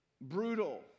brutal